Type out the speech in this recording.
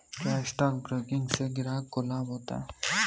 क्या stock broking से ग्राहक को लाभ होता है?